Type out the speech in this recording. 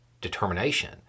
determination